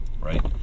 right